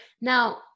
now